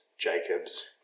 Jacobs